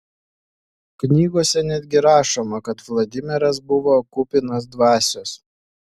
knygose netgi rašoma kad vladimiras buvo kupinas dvasios